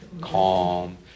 calm